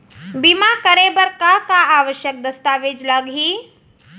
बीमा करे बर का का आवश्यक दस्तावेज लागही